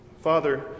father